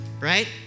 right